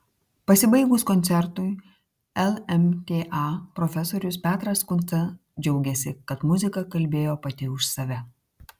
pasibaigus koncertui lmta profesorius petras kunca džiaugėsi kad muzika kalbėjo pati už save